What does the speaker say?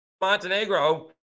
Montenegro